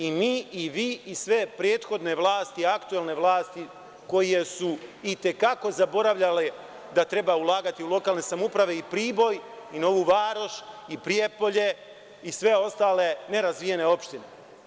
I, mi i vi i sve prethodne vlasti, aktuelne vlasti koje su i te kako zaboravljale da treba ulagati u lokalne samouprave i Priboj, Novu Varoš i Prijepolje i sve ostale nerazvijene opštine.